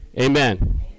Amen